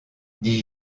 dit